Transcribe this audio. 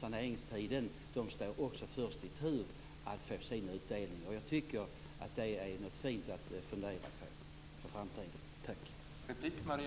saneringstiden, som står först i tur att få utdelning. Jag tycker att detta är något fint att fundera på för framtiden.